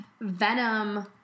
Venom